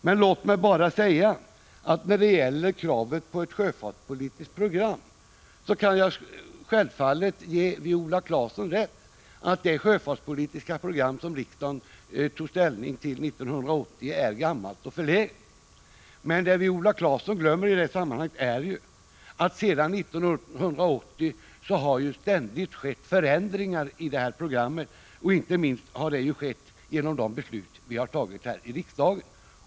Men låt mig bara säga att när det gäller kravet på ett sjöfartspolitiskt program kan jag självfallet ge Viola Claesson rätt i att det sjöfartspolitiska program som riksdagen antog 1980 nu är gammalt och förlegat. Men vad Viola Claesson glömmer i sammanhanget är ju, att det sedan 1980 ständigt har skett förändringar i programmet — inte minst genom de beslut som vi har fattat här i riksdagen.